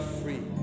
free